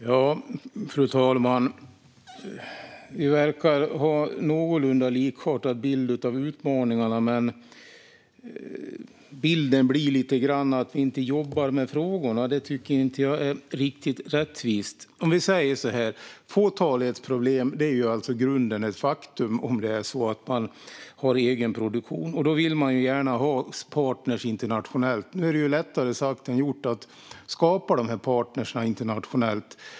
Fru talman! Vi verkar ha en någorlunda likartad bild av utmaningarna. Men bilden blir lite grann att vi inte jobbar med frågorna, och det tycker jag inte är riktigt rättvist. Om vi säger så här: Fåtalighetsproblem är alltså i grunden ett faktum om det är så att man har egen produktion. Då vill man gärna ha internationella partner. Nu är det ju lättare sagt än gjort att skapa dessa partner internationellt.